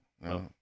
no